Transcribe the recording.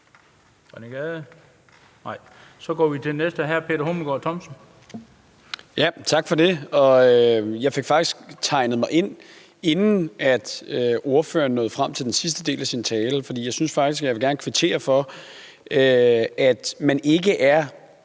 Thomsen. Kl. 19:27 Peter Hummelgaard Thomsen (S): Tak for det. Jeg fik faktisk indtegnet mig, inden ordføreren var nået frem til den sidste del af sin tale. Men jeg synes faktisk, at jeg gerne vil kvittere for, at man ikke er